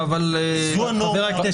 שזאת הנורמה החדשה,